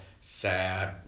sad